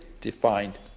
defined